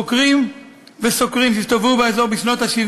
חוקרים וסוקרים שהסתובבו באזור בשנות ה-70